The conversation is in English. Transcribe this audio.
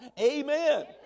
amen